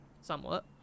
somewhat